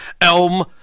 Elm